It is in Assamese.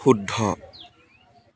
শুদ্ধ